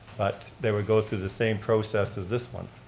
but they would go through the same process as this one.